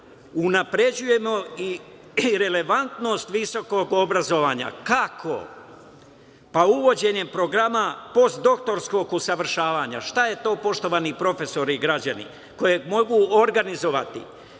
unapređujemo i relevantnost visokog obrazovanja. Kako? Pa, uvođenjem programa postdoktorskog usavršavanja. Šta je to, poštovani profesori i građani? Mogu organizovati